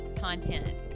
content